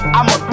I'ma